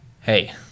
hey